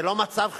זה לא מצב חירום?